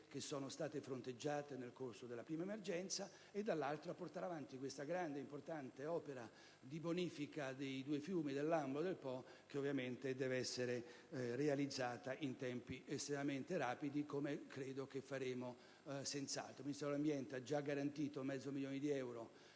che sono state fronteggiate nel corso della prima emergenza e, dall'altro, a portare avanti questa grande importante opera di bonifica dei due fiumi Lambro e Po, che ovviamente deve essere realizzata in tempi estremamente rapidi, come credo che senz'altro faremo. Il Ministro dell'ambiente ha già garantito mezzo milione di euro